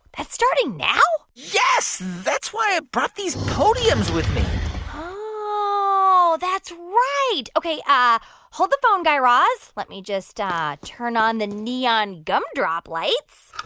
that's starting now? yes. that's why i brought these podiums with me oh, that's right. ok. ah hold the phone, guy raz. let me just ah turn on the neon gumdrop lights.